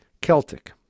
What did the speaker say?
Celtic